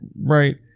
right